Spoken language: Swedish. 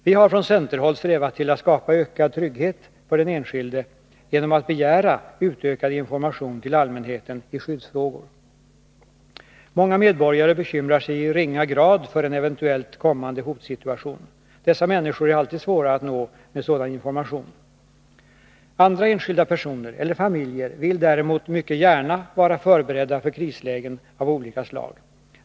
Vi har från centerhåll strävat till att skapa ökad trygghet för den enskilde genom att begära utökad information till allmänheten i skyddsfrågor. Många medborgare bekymrar sig i ringa grad för en eventuellt kommande hotsituation. Dessa människor är alltid svåra att nå med sådan information. Andra enskilda personer eller familjer vill däremot mycket gärna vara förberedda för krislägen av olika slag.